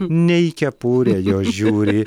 ne į kepurę jos žiūri